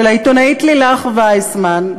של העיתונאית לילך ויסמן,